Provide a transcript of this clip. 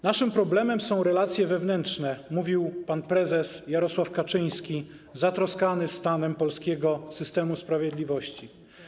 Naszym problemem są relacje wewnętrzne, mówił pan prezes Jarosław Kaczyński, zatroskany stanem polskiego systemu sprawiedliwości.